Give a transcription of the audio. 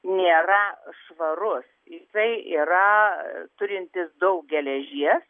nėra švarus jisai yra turintis daug geležies